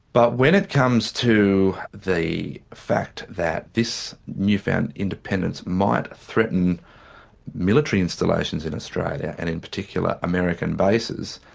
but when it comes to the fact that this new-found independence might threaten military installations in australia and in particular, american bases,